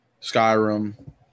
Skyrim